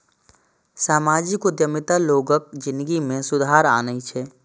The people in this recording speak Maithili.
सामाजिक उद्यमिता लोगक जिनगी मे सुधार आनै छै